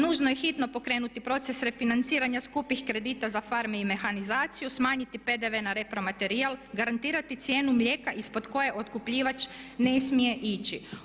Nužno je hitno pokrenuti proces refinanciranja skupih kredita za farme i mehanizaciju, smanjiti PDV na repromaterijal, garantirati cijenu mlijeka ispod koje otkupljivač ne smije ići.